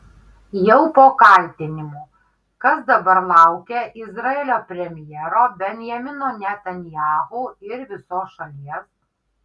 jau po kaltinimų kas dabar laukia izraelio premjero benjamino netanyahu ir visos šalies